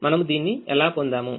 మనము దీన్ని ఎలా పొందాము